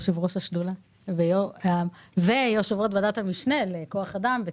יושב-ראש השדולה ויושב-ראש ועדת המשנה לכוח אדם בצה"ל.